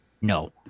No